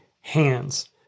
hands